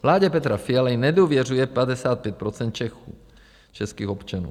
Vládě Petra Fialy nedůvěřuje 55 % Čechů, českých občanů.